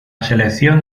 selección